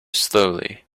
slowly